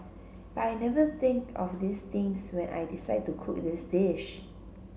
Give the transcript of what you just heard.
but I never think of these things when I decide to cook this dish